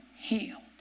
healed